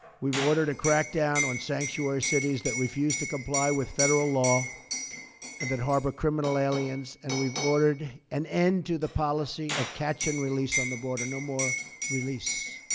we've ordered a crackdown on sanctuary cities that refuse to comply with federal law and that harbor criminal aliens, and we've ordered an end to the policy of catch and release on the border. no more release,